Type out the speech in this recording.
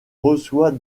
reçoit